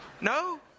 No